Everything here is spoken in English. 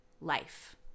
life